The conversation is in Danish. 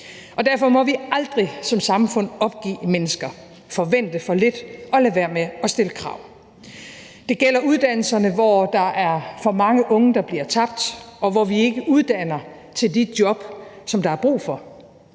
Derfor må vi aldrig som samfund opgive mennesker, forvente for lidt og lade være med at stille krav. Det gælder uddannelserne, hvor der er for mange unge, der bliver tabt, og hvor vi ikke uddanner til de job, som der er brug for.